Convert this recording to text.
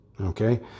Okay